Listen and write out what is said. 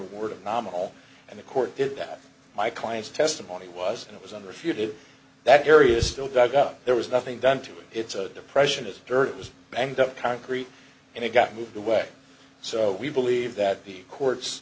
word of nominal and the court that my client's testimony was and it was on refuted that area is still dug up there was nothing done to it it's a depression as dirt was banged up concrete and it got moved away so we believe that the court's